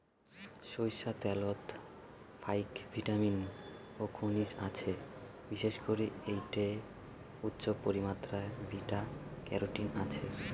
সইরষার ত্যালত ফাইক ভিটামিন ও খনিজ আছে, বিশেষ করি এ্যাইটে উচ্চমাত্রার বিটা ক্যারোটিন আছে